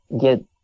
get